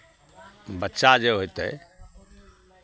बच्चा जे होइतै